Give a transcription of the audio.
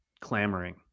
clamoring